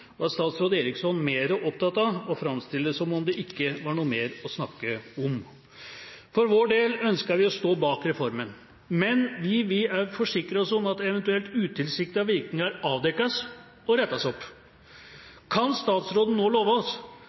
statsråd Eriksson mer opptatt av å framstille det som om det ikke var noe mer å snakke om. For vår del ønsker vi å stå bak reformen, men vi vil forsikre oss om at eventuelt utilsiktede virkninger avdekkes og rettes opp. Kan statsråden love oss